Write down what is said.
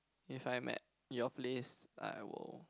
if I'm at your place I will